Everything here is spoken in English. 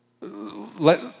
Let